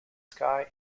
sky